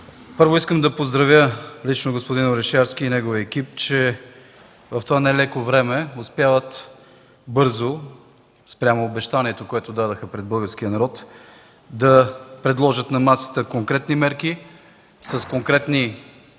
Първо искам да поздравя лично господин Орешарски и неговия екип, че в това нелеко време успяват бързо – спрямо обещанието, което дадоха пред българския народ, да предложат на масата конкретни мерки с конкретни